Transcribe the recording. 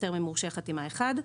יותר ממורשה חתימה אחד,